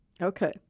Okay